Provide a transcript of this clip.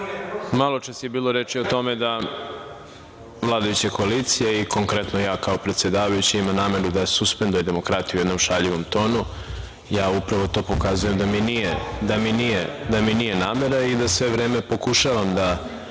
radu. Maločas je bilo reči o tome da vladajuća koalicija i konkretno ja kao predsedavajući ima nameru da suspenduje demokratiju, u jednom šaljivom tonu. Ja upravo to ukazujem da mi nije namera i da sve vreme pokušavam da